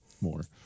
More